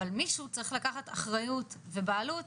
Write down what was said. אבל מישהו צריך לקחת אחריות ובעלות